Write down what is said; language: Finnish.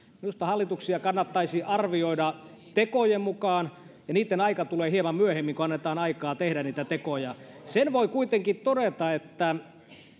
minusta hallituksia kannattaisi arvioida tekojen mukaan ja niitten aika tulee hieman myöhemmin kun annetaan aikaa tehdä niitä tekoja sen voin kuitenkin todeta että